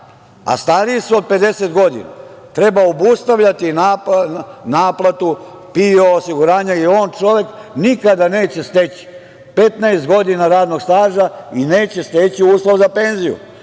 a stariji su od 50 godina, treba obustavljati naplatu PIO osiguranja jer on čovek nikada neće steći 15 godina radnog staža i neće steći uslov za penziju.